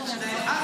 זה אנטי-ציוני.